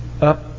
up